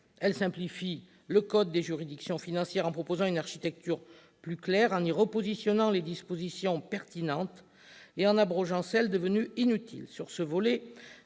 2016 simplifie le code des juridictions financières en proposant une architecture plus claire, en y repositionnant les dispositions pertinentes et en abrogeant celles devenues inutiles. Sur ce volet,